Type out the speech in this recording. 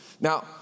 Now